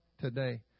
today